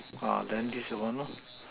ah then this the one lor